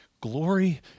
Glory